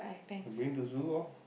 bring to the zoo lor